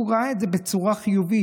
הוא ראה את זה בצורה חיובית.